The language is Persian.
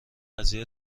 قضیه